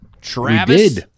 Travis